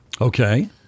Okay